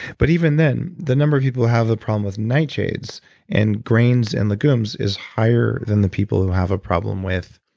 but even then, the number of people who have a problem with nightshades and grains and legumes, is higher than the people who have a problem with